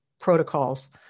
protocols